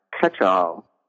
catch-all